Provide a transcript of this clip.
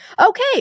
Okay